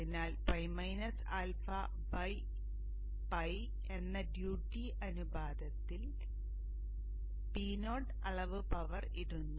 അതിനാൽ ᴨ αᴨ എന്ന ഡ്യൂട്ടി അനുപാതത്തിൽ Po അളവ് പവർ ഇടുന്നു